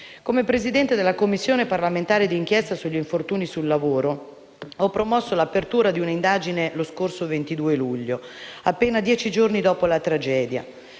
Come Presidente della Commissione parlamentare d'inchiesta il fenomeno degli infortuni sul lavoro, ho promosso l'apertura di un'indagine e lo scorso 22 luglio, appena dieci giorni dopo la tragedia,